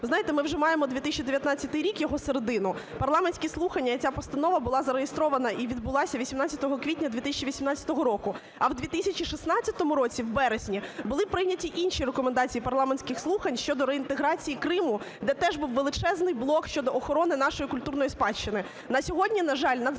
знаєте, ми вже маємо 2019 рік, його середину, парламентські слухання і ця постанова була зареєстрована і відбулася 18 квітня 2018 року. А в 2016 році в вересні були прийняті інші рекомендації парламентських слухань щодо реінтеграції Криму, де теж був величезний блок щодо охорони нашої культурної спадщини.